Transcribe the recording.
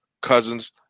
cousins